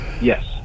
yes